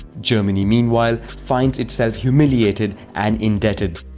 germany, meanwhile, finds itself humiliated and indebted.